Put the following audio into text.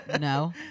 No